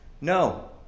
No